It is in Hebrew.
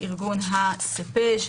בארגון ה-CPEJ,